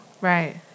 Right